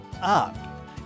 up